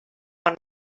man